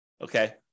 Okay